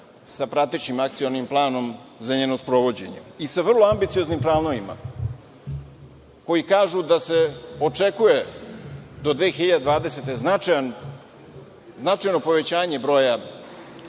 sa pratećim akcionim planom za njeno sprovođenje i sa vrlo ambicioznim planovima koji kažu da se očekuje do 2020. godine značajno povećanje broja